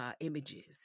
images